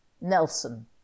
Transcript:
Nelson